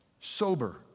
sober